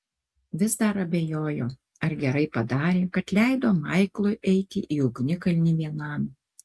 vis dar abejojo ar gerai padarė kad leido maiklui eiti į ugnikalnį vienam